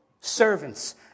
servants